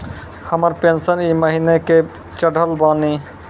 हमर पेंशन ई महीने के चढ़लऽ बानी?